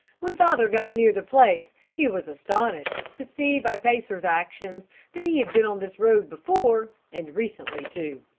when father got near the place, he was astonished to see by pacer's actions that he had been on this road before, and recently, too.